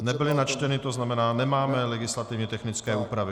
Nebyly načteny, tzn. nemáme legislativně technické úpravy.